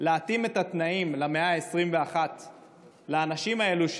על מנת להתאים למאה ה-21 את התנאים של האנשים האלה,